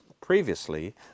previously